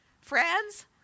Friends